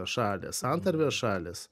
šalys santarvės šalys